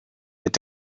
mit